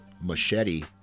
machete